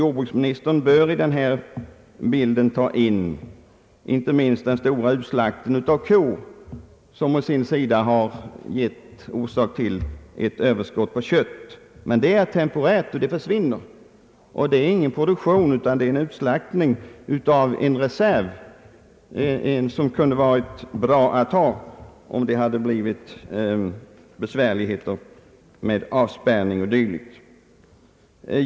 Jordbruksministern bör i det sammanhanget inte minst ta hänsyn till den stora utslakten av kor som på sitt sätt gett orsak till ett överskott på kött. Men det är temporärt och försvinner. Det är här inte fråga om någon produktion utan det är en utslaktning av en resery som kunde varit bra att ha om det hade uppstått besvärligheter genom avspärrning.